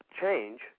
change